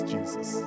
Jesus